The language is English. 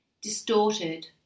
distorted